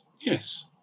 yes